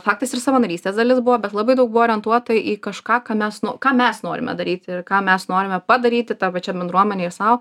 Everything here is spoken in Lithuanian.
faktas ir savanorystės dalis buvo bet labai daug buvo orientuota į kažką ką mes nu ką mes norime daryti ir ką mes norime padaryti tai pačiai bendruomenei ir sau